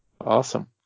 awesome